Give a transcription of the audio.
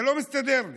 זה לא מסתדר לי.